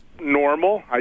normal